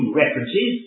references